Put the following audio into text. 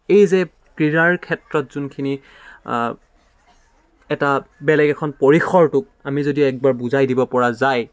এই যে ক্ৰীড়াৰ ক্ষেত্ৰত যোনখিনি এটা বেলেগ এখন পৰিসৰটোক আমি যদি একবাৰ বুজাই দিব পৰা যায়